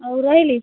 ହଉ ରହିଲି